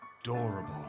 adorable